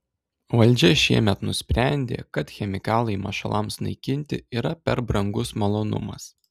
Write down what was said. valdžia šiemet nusprendė kad chemikalai mašalams naikinti yra per brangus malonumas